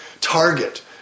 target